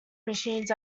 machines